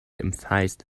emphasized